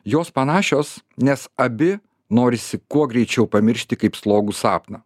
jos panašios nes abi norisi kuo greičiau pamiršti kaip slogų sapną